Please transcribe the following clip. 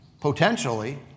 potentially